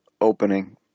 opening